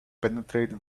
penetrate